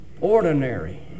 ordinary